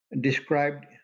described